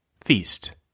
Feast